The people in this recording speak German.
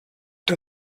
der